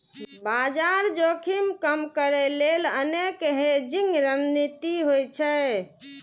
बाजार जोखिम कम करै लेल अनेक हेजिंग रणनीति होइ छै